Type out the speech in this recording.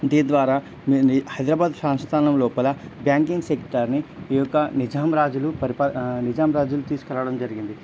దీని ద్వారా హైదరాబాద్ సంస్థానం లోపల బ్యాంకింగ్ సెక్టార్ని ఈయొక్క నిజాం రాజులు పరిపా నిజాం రాజులు తీసుకురావడం జరిగింది